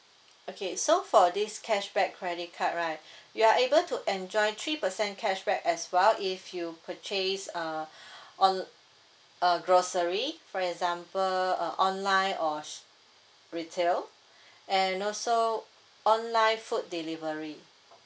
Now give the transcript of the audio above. okay so for this cashback credit card right you are able to enjoy three percent cashback as well if you purchase uh on a grocery for example a online or retail and also online food delivery